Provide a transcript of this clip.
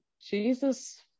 Jesus